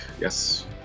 Yes